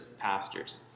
pastors